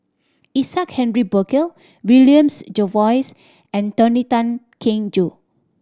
Isaac Henry Burkill William Jervois and Tony Tan Keng Joo